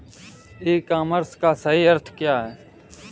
ई commerce का सही अर्थ क्या है?